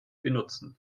benutzen